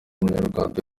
umunyarwanda